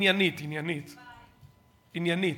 עניינית, עניינית.